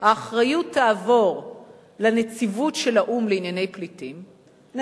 אנחנו נשמח, הופיע לפני דקה במחשב, אני